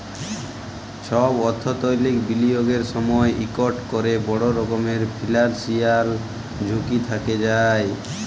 ছব অথ্থলৈতিক বিলিয়গের সময় ইকট ক্যরে বড় রকমের ফিল্যালসিয়াল ঝুঁকি থ্যাকে যায়